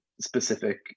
specific